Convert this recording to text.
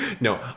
No